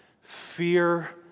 Fear